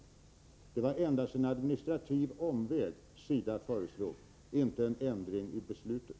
Det var endast en administrativ omväg som SIDA föreslog — inte en ändring i beslutet.